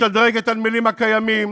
לשדרג את הנמלים הקיימים,